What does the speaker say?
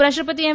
ઉપરાષ્ટ્રપતિ એમ